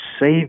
save